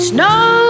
Snow